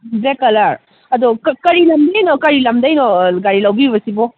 black colour ꯑꯗꯣ ꯀꯔꯤ ꯂꯝꯗꯒꯤꯅꯣ ꯀꯔꯤ ꯂꯝꯗꯩꯅꯣ ꯒꯥꯔꯤ ꯂꯧꯕꯤꯔꯨꯕꯁꯤꯕꯣ